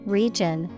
region